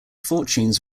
fortunes